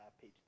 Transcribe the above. Page